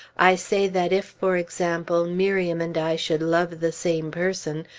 i say that if, for example, miriam and i should love the same person,